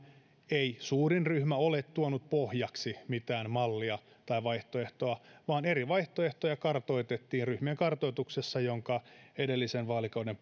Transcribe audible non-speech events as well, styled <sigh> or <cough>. ei suurin ryhmä ole tuonut pohjaksi mitään mallia tai vaihtoehtoa vaan eri vaihtoehtoja kartoitettiin ryhmien kartoituksessa jonka edellisen vaalikauden <unintelligible>